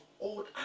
old